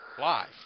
live